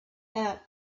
out